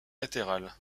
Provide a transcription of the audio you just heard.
latérale